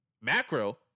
Macro